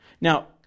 Now